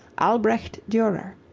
albrecht durer.